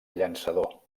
llançador